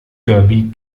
derby